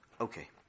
Okay